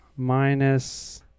Minus